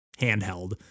handheld